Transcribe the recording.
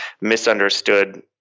misunderstood